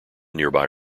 nearby